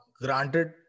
granted